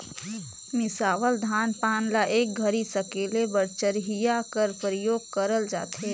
मिसावल धान पान ल एक घरी सकेले बर चरहिया कर परियोग करल जाथे